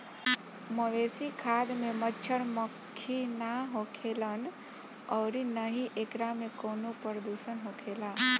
मवेशी खाद में मच्छड़, मक्खी ना होखेलन अउरी ना ही एकरा में कवनो प्रदुषण होखेला